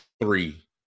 three